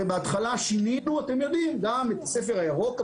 הרי בהתחלה שינינו גם את הספר הירוק,